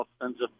offensive